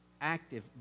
active